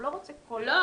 הוא לא רוצה כל מחלה.